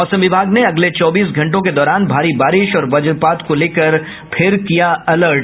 मौसम विभाग ने अगले चौबीस घंटों के दौरान भारी बारिश और वज्रपात को लेकर फिर किया अलर्ट